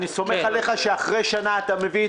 אני סומך עליך שאחרי שנה אתה תביא את